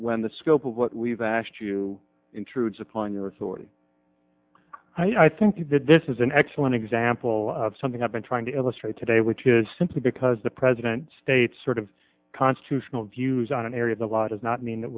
when the scope of what we've asked you intrudes upon your authority i think that this is an excellent example of something i've been trying to illustrate today which is simply because the president states sort of constitutional views on an area the law does not mean that